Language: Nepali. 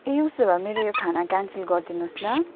ए उसो भए मेरो यो खाना क्यानसल गरिदिनुहोस् ल